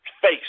face